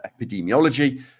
epidemiology